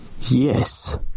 Yes